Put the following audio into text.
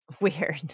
Weird